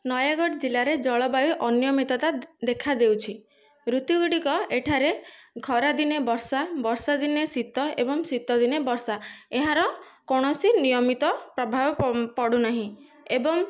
ନୟାଗଡ଼ ଜିଲ୍ଲାରେ ଜଳବାୟୁ ଅନିୟମିତତା ଦେଖାଦେଉଛି ଋତୁଗୁଡ଼ିକ ଏଠାରେ ଖରାଦିନେ ବର୍ଷା ବର୍ଷାଦିନେ ଶୀତ ଏବଂ ଶୀତଦିନେ ବର୍ଷା ଏହାର କୌଣସି ନିୟମିତ ପ୍ରଭାବ ପଡ଼ୁନାହିଁ ଏବଂ